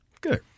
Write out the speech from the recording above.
Good